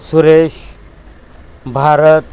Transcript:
Suresh Bharat